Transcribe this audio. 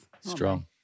Strong